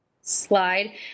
slide